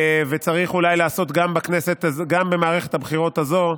וצריך אולי לעשות גם במערכת הבחירות הזאת,